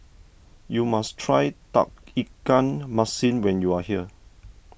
you must try Tauge Ikan Masin when you are here